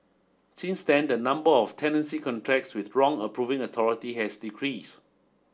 since then the number of tenancy contracts with wrong approving authority has decreased